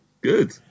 good